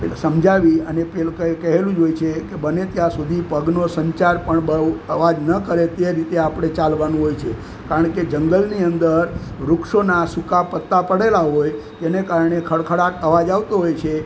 સમજાવી અને પેલું કહેલું જ હોય છે કે બને ત્યાં સુધી પગનો સંચાર પણ બહુ અવાજ ન કરે તે રીતે આપણે ચાલવાનું હોય છે કારણ કે જંગલની અંદર વૃક્ષોના સૂકા પત્તા પડેલાં હોય જેને કારણે ખડખડાટ અવાજ આવતો હોય છે